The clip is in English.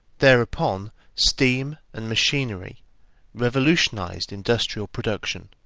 thereupon, steam and machinery revolutionised industrial production.